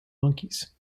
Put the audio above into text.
monkeys